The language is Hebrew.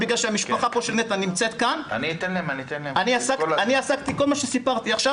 בגלל שהמשפחה של נטע נמצאת כאן כל מה שסיפרתי עכשיו